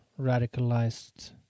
Radicalized